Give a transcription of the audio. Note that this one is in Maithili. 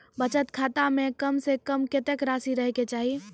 बचत खाता म कम से कम कत्तेक रासि रहे के चाहि?